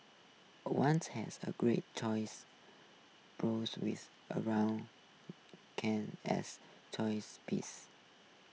one has a great choice board with around cans as choice pieces